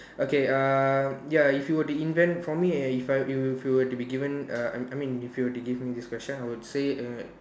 okay err ya if you were to invent for me eh if if you were to be given I I mean if you were to give me this question I would say uh